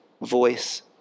voice